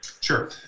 Sure